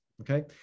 okay